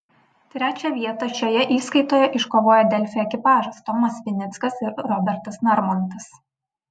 trečią vietą šioje įskaitoje iškovojo delfi ekipažas tomas vinickas ir robertas narmontas